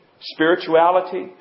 spirituality